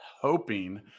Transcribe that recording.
hoping